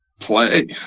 play